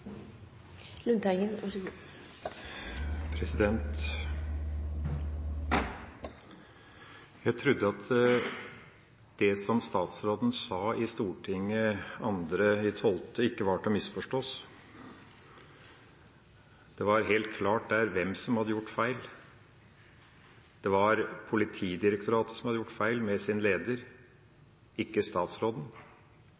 Jeg trodde at det som statsråden sa i Stortinget 2. desember, ikke var til å misforstå. Det var helt klart der hvem som hadde gjort feil; det var Politidirektoratet som hadde gjort feil ved sin leder, ikke statsråden.